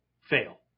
fail